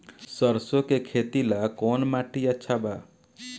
सरसों के खेती ला कवन माटी अच्छा बा?